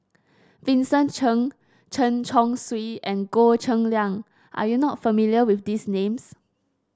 Vincent Cheng Chen Chong Swee and Goh Cheng Liang are you not familiar with these names